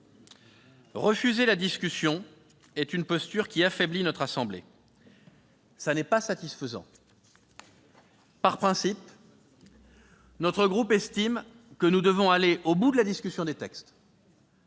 Refuser la discussion est une posture qui affaiblit notre assemblée. Ça n'est pas satisfaisant ! Par principe, mon groupe estime que nous devons aller au bout de la discussion des textes,